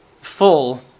full